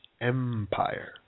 Empire